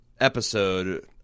episode